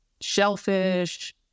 shellfish